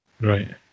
Right